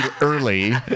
early